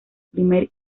primer